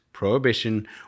prohibition